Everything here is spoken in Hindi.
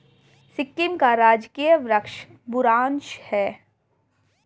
सिक्किम का राजकीय वृक्ष बुरांश है